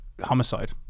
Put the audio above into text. homicide